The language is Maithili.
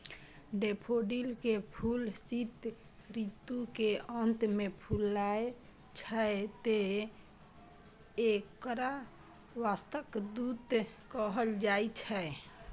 डेफोडिल के फूल शीत ऋतु के अंत मे फुलाय छै, तें एकरा वसंतक दूत कहल जाइ छै